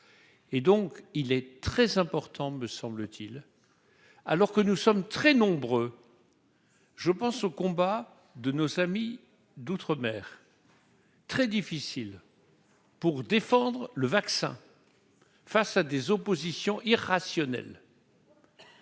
et donc il est très important, me semble-t-il, alors que nous sommes très nombreux je pense au combat de nos amis d'outre-mer. Très difficile. Pour défendre le vaccin face à des oppositions irrationnel.